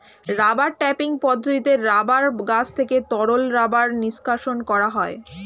rubber tapping পদ্ধতিতে rubber গাছ থেকে তরল রাবার নিষ্কাশণ করা হয়